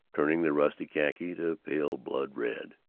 turning their ruddy khaki to pale blood red.